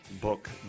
book